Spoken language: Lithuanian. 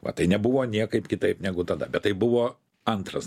o tai nebuvo niekaip kitaip negu tada bet tai buvo antras